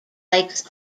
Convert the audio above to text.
likes